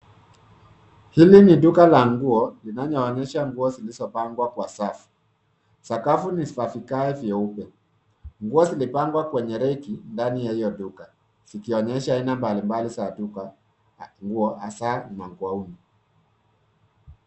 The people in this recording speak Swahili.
Hili ni duka la nguo linaloonyesha nguo zilizopangwa kwa safu. Sakafu ni ya vigae vyeupe. Nguo zilipangwa kwenye reki ndani ya hiyo duka zikionyesha aina mbalimbali za duka, nguo hasa magauni.